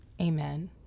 Amen